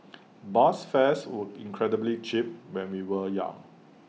bus fares were incredibly cheap when we were young